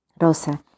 Rosa